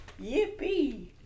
yippee